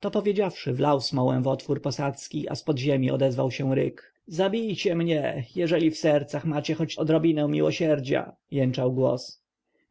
to powiedziawszy wlał smołę w otwór posadzki a z podziemi odezwał się ryk zabijcie mnie jeżeli w sercach macie choć odrobinę miłosierdzia jęczał głos